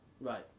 right